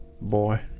Boy